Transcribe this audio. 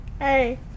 Hey